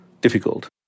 difficult